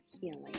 healing